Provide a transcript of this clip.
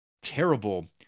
terrible